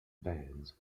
bands